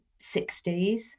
60s